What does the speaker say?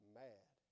mad